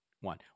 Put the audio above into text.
one